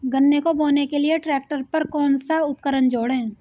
गन्ने को बोने के लिये ट्रैक्टर पर कौन सा उपकरण जोड़ें?